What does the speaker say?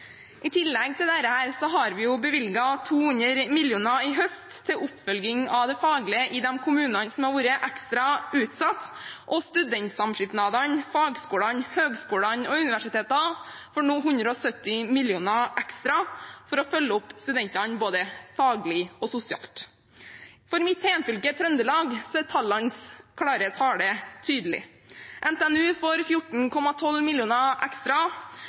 i årene framover. I tillegg til dette har vi bevilget 200 mill. kr i høst til oppfølging av det faglige i de kommunene som har vært ekstra utsatt, og studentsamskipnadene, fagskolene, høgskolene og universitetene får nå 170 mill. kr ekstra for å følge opp studentene, både faglig og sosialt. For mitt hjemfylke, Trøndelag, er tallenes klare tale tydelig: NTNU får 14,12 mill. kr ekstra.